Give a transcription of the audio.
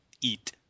eat